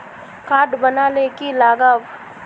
Card बना ले की लगाव?